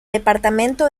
departamento